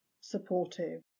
supportive